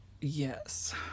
Yes